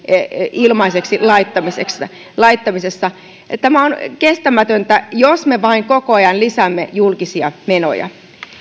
ilmaiseksi laittamisella tämä on kestämätöntä jos me vain koko ajan lisäämme julkisia menoja